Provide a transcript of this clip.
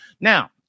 Now